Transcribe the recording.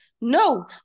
No